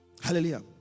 Hallelujah